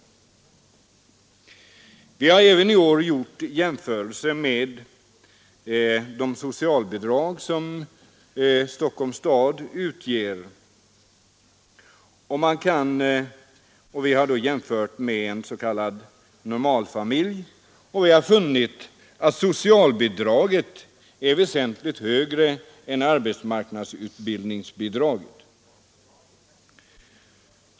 Vi har även i år gjort jämförelser med de socialbidrag som i Stockholm utgår till vad man kan kalla en normalfamilj och funnit att socialbidraget är väsentligt högre än arbetsmarknadsutbildningsbidraget.